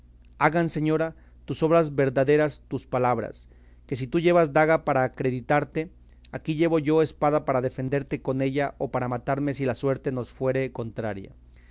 hagan señora tus obras verdaderas tus palabras que si tú llevas daga para acreditarte aquí llevo yo espada para defenderte con ella o para matarme si la suerte nos fuere contraria